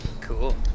Cool